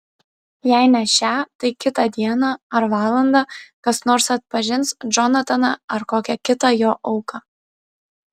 jei ne šią tai kitą dieną ar valandą kas nors atpažins džonataną ar kokią kitą jo auką